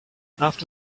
after